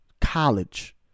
College